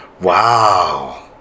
Wow